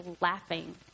laughing